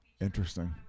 Interesting